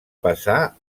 passar